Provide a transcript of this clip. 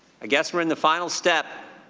ah guess we are in the final step.